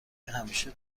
همیشه